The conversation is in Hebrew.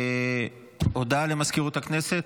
הודעה למזכירות הכנסת.